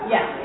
Yes